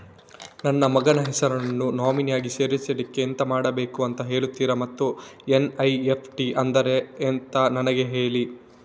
ನನ್ನ ಮಗನ ಹೆಸರನ್ನು ನಾಮಿನಿ ಆಗಿ ಸೇರಿಸ್ಲಿಕ್ಕೆ ಎಂತ ಮಾಡಬೇಕು ಅಂತ ಹೇಳ್ತೀರಾ ಮತ್ತು ಎನ್.ಇ.ಎಫ್.ಟಿ ಅಂದ್ರೇನು ಅಂತ ನನಗೆ ಹೇಳಿ